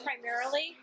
primarily